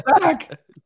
Back